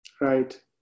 Right